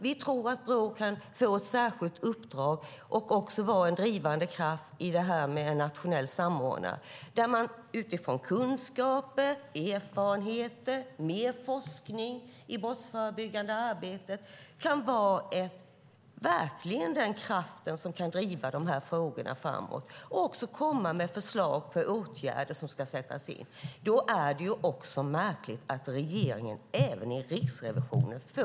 Vi tror att Brå kan få ett särskilt uppdrag och också vara en drivande kraft i fråga om en nationell samordnare, där man utifrån kunskaper, erfarenheter och mer forskning i brottsförebyggande arbete kan vara den kraft som kan driva dessa frågor framåt och också komma med förslag till åtgärder som ska vidtas. Då är det märkligt att regeringen får kritik även från Riksrevisionen.